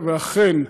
ואכן,